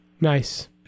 Nice